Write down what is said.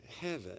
Heaven